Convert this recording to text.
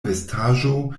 vestaĵo